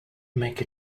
make